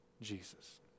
Jesus